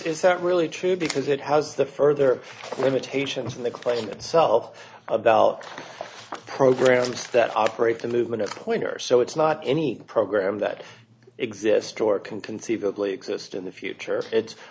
not really true because it has the further limitations from the quoting itself about programs that operate the movement of twitter so it's not any program that exists or can conceivably exist in the future it's